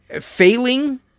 failing